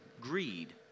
greed